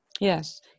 Yes